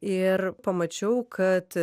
ir pamačiau kad